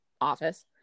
office